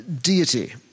deity